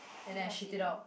and then I shit it out